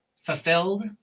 fulfilled